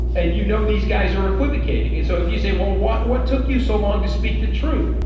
and you know these guys are equivocating and so if you say well what what took you so long to speak the truth.